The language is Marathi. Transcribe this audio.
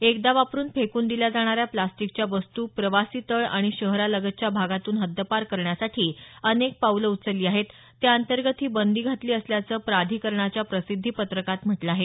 एकदा वापरुन फेकून दिल्या जाणाऱ्या प्रॅस्टिकच्या वस्तू प्रवासी तळ आणि शहरालगतच्या भागातून हद्दपार करण्यासाठी अनेक पावलं उचलली आहेत त्या अंतर्गत ही बंदी घातली असल्याचं प्राधिकरणाच्या प्रसिद्धी पत्रकात म्हटलं आहे